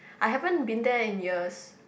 I haven't been there in years